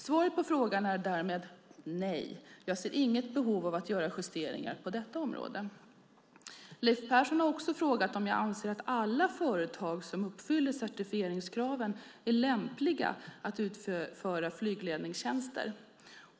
Svaret på frågan är därmed nej, jag ser inget behov av att göra justeringar på detta område. Leif Pettersson har också frågat om jag anser att alla företag som uppfyller certifieringskraven är lämpliga att utföra flygledningstjänster.